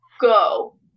go